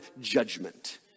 judgment